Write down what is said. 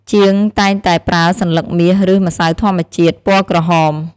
ជាងតែងតែប្រើសន្លឹកមាស ឬ ម្សៅធម្មជាតិពណ៌ក្រហម។